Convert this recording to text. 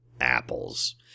apples